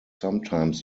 sometimes